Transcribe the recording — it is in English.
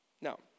Now